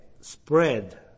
spread